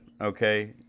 okay